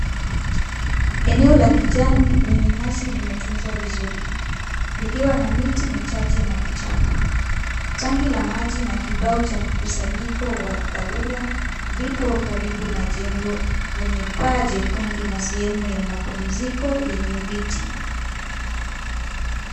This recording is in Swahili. Eneo la kijani lenye nyasi limetunzwa vizuri, likiwa na miti michache na vichaka. Tanki la maji na kibao cha mkusanyiko wa dharura vipo karibu na jengo, lenye paa jekundu na sehemu ya mapumziko yenye viti.